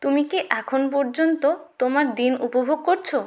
তুমি কি এখন পর্যন্ত তোমার দিন উপভোগ করছো